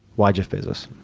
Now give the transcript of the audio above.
why jeff bezos?